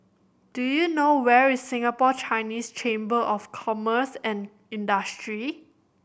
do you know where is Singapore Chinese Chamber of Commerce and Industry